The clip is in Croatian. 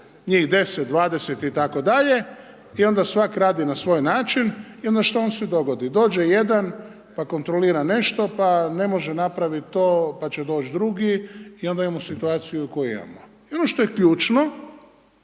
njih 10, 20 itd. i onda svak radi na svoj način i onda šta vam se dogodi, dođe jedan pa kontrolira nešto pa ne može napraviti to pa će doći drugi i onda imamo situaciju koju imamo. I ono što je ključno,